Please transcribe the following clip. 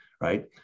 right